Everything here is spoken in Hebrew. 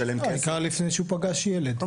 משלם כסף --- העיקר שזה לפני שהוא פגש ילד.